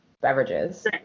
beverages